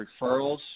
referrals